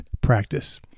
practice